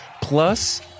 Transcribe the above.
plus